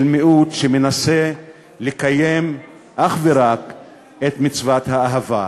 מיעוט שמנסה לקיים אך ורק את מצוות האהבה.